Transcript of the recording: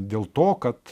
dėl to kad